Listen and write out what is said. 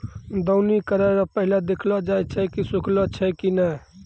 दौनी करै रो पहिले देखलो जाय छै सुखलो छै की नै